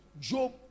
Job